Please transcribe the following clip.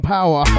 Power